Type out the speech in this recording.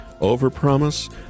Overpromise